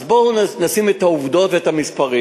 אז בואו נשים את העובדות ואת המספרים.